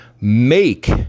make